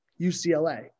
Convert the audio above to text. ucla